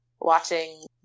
watching